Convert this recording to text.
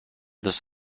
this